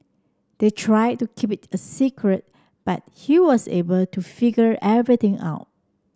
they tried to keep it a secret but he was able to figure everything out